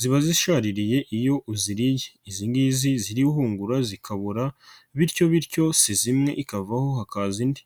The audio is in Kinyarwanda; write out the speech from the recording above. ziba zishaririye iyo uziriye, izi ngizi zirihungura zikabura bityo bityo sezo imwe ikavaho hakaza indi.